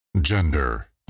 Gender